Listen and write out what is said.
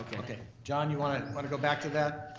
okay. john, you wanna wanna go back to that?